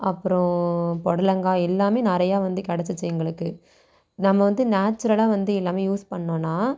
அப்புறம் புடலங்காய் எல்லாமே நிறையா வந்து கிடச்சிச்சி எங்களுக்கு நம்ம வந்து நேச்சுரலாக வந்து எல்லாமே யூஸ் பண்ணோம்னா